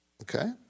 Okay